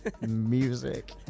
Music